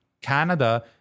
canada